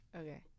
Okay